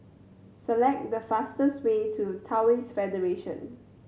select the fastest way to Taoist Federation